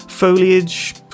Foliage